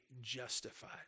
justified